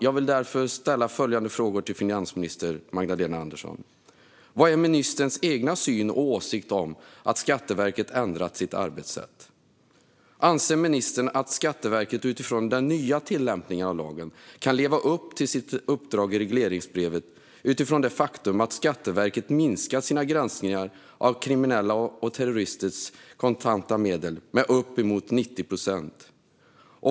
Jag vill därför ställa följande frågor till finansminister Magdalena Andersson: Vad är ministerns egen syn på och åsikt om att Skatteverket ändrat sitt arbetssätt? Anser ministern att Skatteverket utifrån den nya tillämpningen av lagen kan leva upp till sitt uppdrag i regleringsbrevet i ljuset av det faktum att Skatteverket minskat sina granskningar av kriminellas och terroristers kontanta medel med uppemot 90 procent?